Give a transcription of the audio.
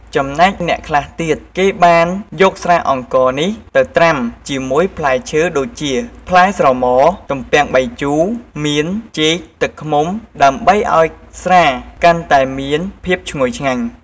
ចំណែកអ្នកខ្លះទៀតគេបានយកស្រាអង្ករនេះទៅត្រាំជាមួយផ្លែឈើដូចជា ផ្លែស្រម៉ ទំពាំងបាយជូរ មាន ចេក ទឹកឃ្មុំដើម្បីឲ្យស្រាកាន់តែមានភាពឈ្ងុយឆ្ងាញ់។